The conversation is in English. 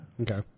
Okay